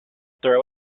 throw